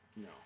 No